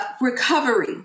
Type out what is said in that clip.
recovery